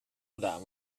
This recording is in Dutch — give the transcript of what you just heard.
gedaan